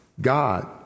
God